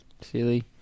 Silly